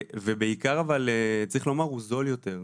ובעיקר אבל צריך לומר, הוא זול יותר.